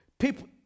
people